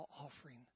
offering